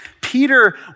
Peter